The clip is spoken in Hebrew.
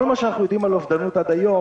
מה שאנחנו יודעים על אובדנות עד היום,